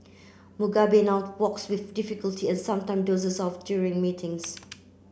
Mugabe now walks with difficulty and sometime dozes off during meetings